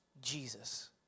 Jesus